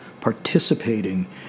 participating